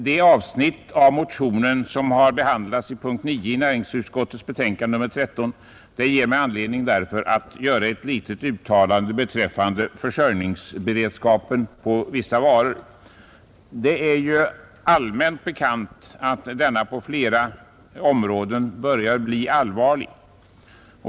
Det avsnitt av motionen som har behandlats i punkten 9 i näringsutskottets betänkande nr 13 ger mig anledning att göra ett uttalande beträffande försörjningsberedskapen i fråga om vissa varor. Det är ju allmänt bekant att situationen i fråga om försörjningsberedskapen på flera områden börjar bli allvarlig.